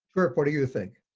trip, what do you think?